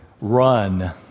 run